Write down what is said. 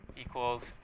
equals